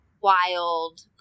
wild